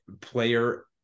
player